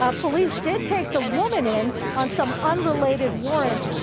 ah police did take the woman in on some unrelated warrants.